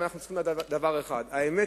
אבל אנחנו צריכים לדעת דבר אחד: האמת